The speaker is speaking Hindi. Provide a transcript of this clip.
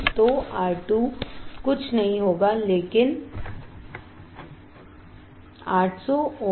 तोR2 कुछ नहीं होगा लेकिन 800 ओम